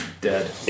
Dead